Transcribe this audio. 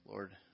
Lord